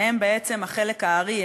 שהן בעצם חלק הארי,